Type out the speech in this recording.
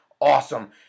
awesome